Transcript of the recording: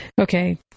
okay